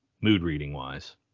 mood-reading-wise